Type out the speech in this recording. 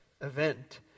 event